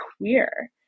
queer